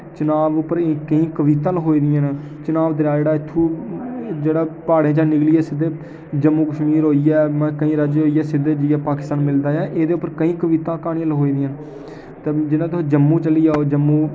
चिनाब पर केईं कवितां लखोई दियां न चिनाब दरेआ इत्थूं जेह्ड़ा प्हाड़ें चा निकलियै सिद्धे जम्मू कश्मीर होइयै मतलब केईं राज्य च होइयै सिद्धे जाइयै पाकेस्तान मिलदा ऐ एह्दे पर केईं कविता क्हानियां लखोए दियां न ते जेह्ले जम्मू चली जाओ जम्मू